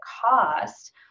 cost